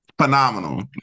phenomenal